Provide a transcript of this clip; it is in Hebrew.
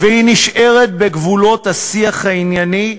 והיא נשארת בגבולות השיח הענייני,